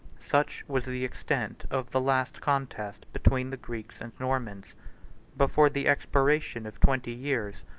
such was the event of the last contest between the greeks and normans before the expiration of twenty years,